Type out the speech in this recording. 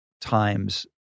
times